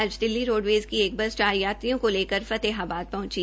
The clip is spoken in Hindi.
आज दिल्ली रोडवेज की एक बस चार यात्रियों को लेकर फतेहाबाद पहंची